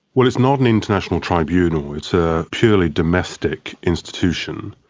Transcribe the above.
well, it's not an international tribunal, it's a purely domestic institution.